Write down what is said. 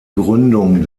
gründung